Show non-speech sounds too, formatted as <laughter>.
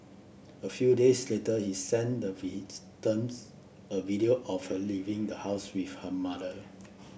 a few days later he sent the <unintelligible> a video of her leaving the house with her mother